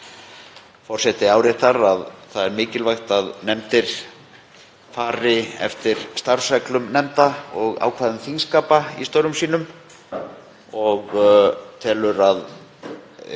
Forseti áréttar að það er mikilvægt að nefndir fari eftir starfsreglum nefnda og ákvæðum þingskapa í störfum sínum og telur að